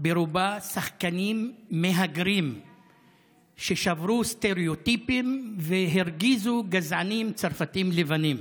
ברובה שחקנים מהגרים ששברו סטראוטיפים והרגיזו גזענים צרפתים לבנים.